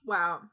Wow